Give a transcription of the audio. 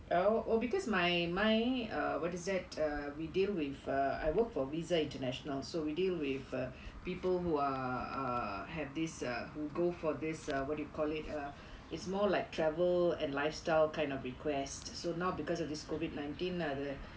oh oh because my my uh what is that err we deal with uh I worked for visa international so we deal with people who are uh have this err who go for this err what do you call it uh it's more like travel and lifestyle kind of request so now because of this COVID nineteen அது:athu